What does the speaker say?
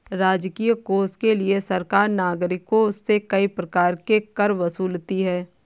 राजकीय कोष के लिए सरकार नागरिकों से कई प्रकार के कर वसूलती है